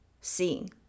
seeing